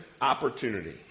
opportunity